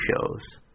shows